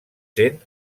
sent